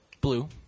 Blue